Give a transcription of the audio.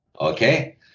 Okay